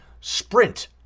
sprint